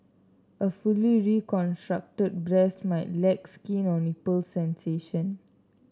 a fully reconstructed breast might lack skin or nipple sensation